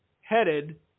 headed